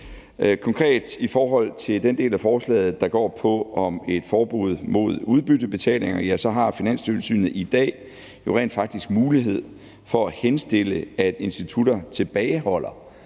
Konkret i forhold til den del af forslaget, der går på et forbud mod udbyttebetalinger, har Finanstilsynet i dag rent faktisk mulighed for at henstille, at institutter tilbageholder